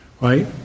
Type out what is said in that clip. right